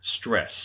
stress